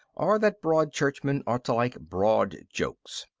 or that broad churchmen ought to like broad jokes.